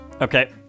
Okay